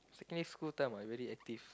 secondary school time I very active